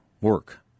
work